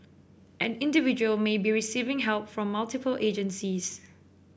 an individual may be receiving help from multiple agencies